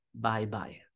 Bye-bye